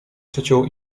przeciął